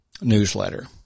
newsletter